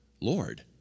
Lord